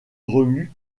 remue